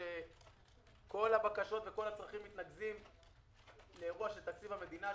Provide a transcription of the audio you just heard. כל הבקשות וכל הצרכים מתנקזים לאירוע של תקציב המדינה,